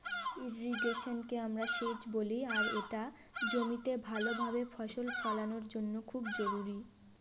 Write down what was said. ইর্রিগেশনকে আমরা সেচ বলি আর এটা জমিতে ভাল ভাবে ফসল ফলানোর জন্য খুব জরুরি